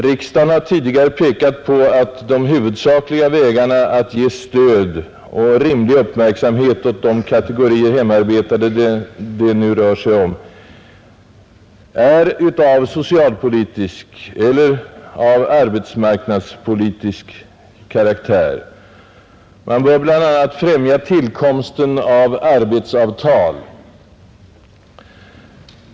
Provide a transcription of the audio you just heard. Riksdagen har tidigare pekat på att de huvudsakliga vägarna att ge stöd och rimlig uppmärksamhet åt de kategorier hemarbetande det nu rör sig om är av socialpolitisk eller av arbetsmarknadspolitisk karaktär. Man bör bl.a. främja tillkomsten av arbetsavtal.